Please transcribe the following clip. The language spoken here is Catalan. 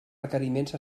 requeriments